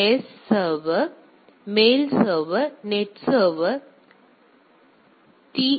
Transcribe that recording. S server mail server net server அல்லது அந்த D